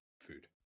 food